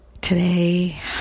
today